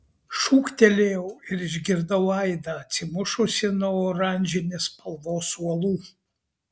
šūktelėjau ir išgirdau aidą atsimušusį nuo oranžinės spalvos uolų